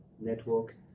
network